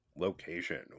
location